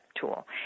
tool